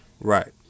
Right